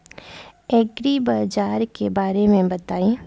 एग्रीबाजार के बारे में बताई?